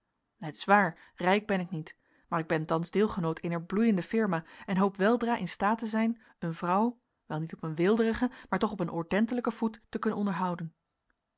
is waar rijk ben ik niet maar ik ben thans deelgenoot eener bloeiende firma en hoop weldra in staat te zijn eene vrouw wel niet op een weelderigen maar toch op een ordentelijken voet te kunnen onderhouden